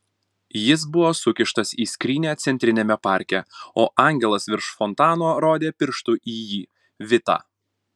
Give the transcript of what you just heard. jis buvo sukištas į skrynią centriniame parke o angelas virš fontano rodė pirštu į jį vitą